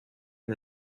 and